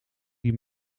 die